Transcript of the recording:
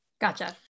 Gotcha